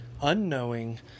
unknowing